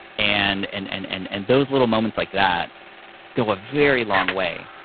and and and and and those little moments like that go a very long way,